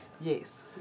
Yes